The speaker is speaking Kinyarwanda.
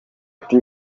ati